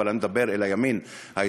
אבל אני מדבר אל הימין הישראלי,